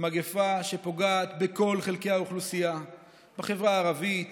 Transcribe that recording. מגפה שפוגעת בכל חלקי האוכלוסייה: בחברה הערבית